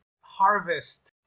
harvest